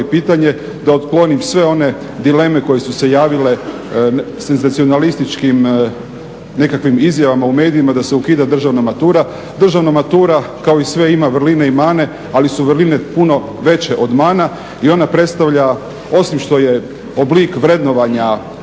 da otklonim sve one dileme koje su se javile senzancionalističkim nekakvim izjavama u medijima da se ukida državna matura. Državna matura kao i sve ima vrline i mane ali su vrline puno veće od mana i ona predstavlja osim što je oblik vrednovanja